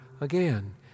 again